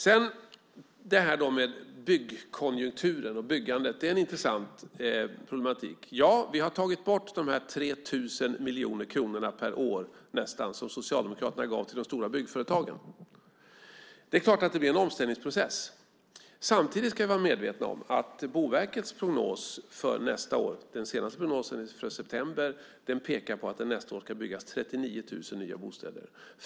Problematiken med byggkonjunkturen och byggandet är intressant. Vi har tagit bort de nästan 3 000 miljoner kronor per år som Socialdemokraterna gav till de stora byggföretagen. Det är klart att det blir en omställningsprocess. Samtidigt ska vi vara medvetna om att Boverkets senaste prognos för nästa år, som kom i september, pekar på att det nästa år ska byggas 39 000 nya bostäder.